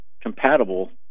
compatible